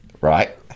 right